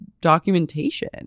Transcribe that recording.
documentation